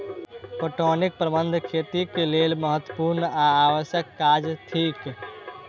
पटौनीक प्रबंध खेतीक लेल महत्त्वपूर्ण आ आवश्यक काज थिक